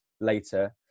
later